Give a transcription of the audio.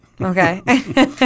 Okay